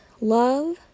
love